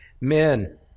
Men